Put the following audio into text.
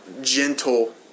gentle